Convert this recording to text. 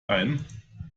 ein